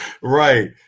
right